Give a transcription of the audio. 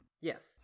Yes